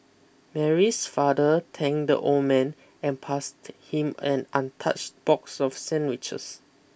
Mary's father thanked the old man and passed him an untouched box of sandwiches